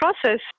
process